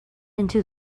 into